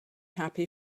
happy